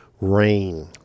Rain